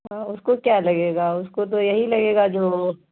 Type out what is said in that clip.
ہاں اس کو کیا لگے گا اس کو تو یہی لگے گا جو